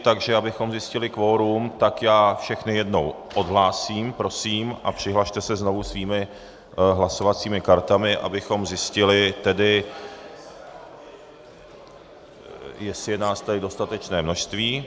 Takže abychom zjistili kvorum, tak všechny jednou odhlásím, prosím, a přihlaste se znovu svými hlasovacími kartami, abychom zjistili, jestli je nás tady dostatečné množství.